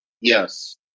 Yes